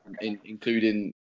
including